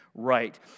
Right